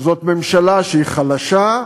ממשלה שהיא חלשה,